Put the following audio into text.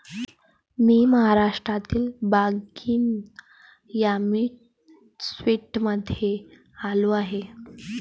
मी महाराष्ट्रातील बागनी यामी स्वीट्समध्ये आलो आहे